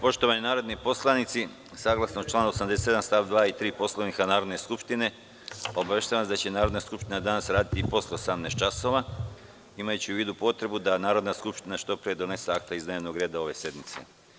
Poštovani narodni poslanici, saglasno članu 87. st. 2. i 3. Poslovnika Narodne skupštine, obaveštavam vas da će Narodna skupština danas raditi i posle 18,00 časova, imajući u vidu potrebu da Narodna skupština što pre donese akta iz dnevnog reda ove sednice.